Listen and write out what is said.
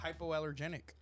hypoallergenic